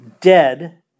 dead